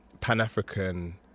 pan-African